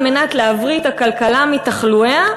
על מנת להבריא את הכלכלה מתחלואיה,